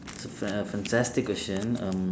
it's a fan~ a fantastic question um